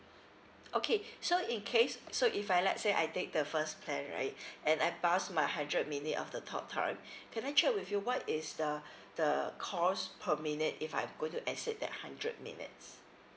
okay so in case so if like let's say I take the first plan right and I pass my hundred minute of the talk time can I check with you what is the the cost per minute if I'm going to exceed that hundred minutes